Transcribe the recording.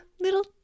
little